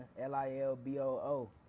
L-I-L-B-O-O